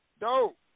Dope